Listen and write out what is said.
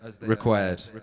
required